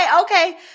okay